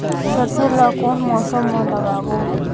सरसो ला कोन मौसम मा लागबो?